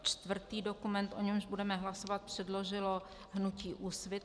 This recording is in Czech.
Čtvrtý dokument, o němž budeme hlasovat, předložilo hnutí Úsvit.